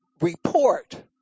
report